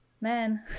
man